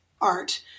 art